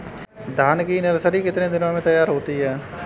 धान की नर्सरी कितने दिनों में तैयार होती है?